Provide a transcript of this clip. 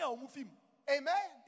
Amen